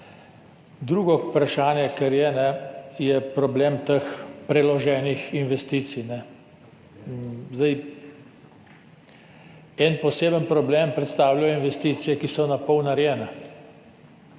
Drugo vprašanje, ki je, je problem teh preloženih investicij. En poseben problem predstavljajo investicije, ki so napol narejene